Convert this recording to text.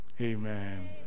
Amen